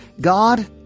God